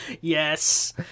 Yes